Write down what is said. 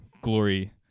glory